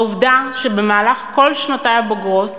העובדה שבמהלך כל שנותי הבוגרות